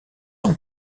ans